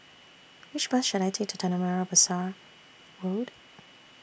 Which Bus should I Take to Tanah Merah Besar Road